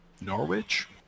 Norwich